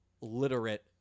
literate